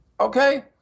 Okay